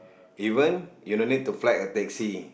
even you don't need to flag a taxi